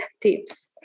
tips